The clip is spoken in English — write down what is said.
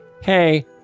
hey